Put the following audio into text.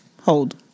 hold